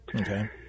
Okay